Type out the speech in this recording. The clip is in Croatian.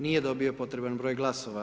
Nije dobio potreban broj glasova.